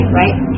right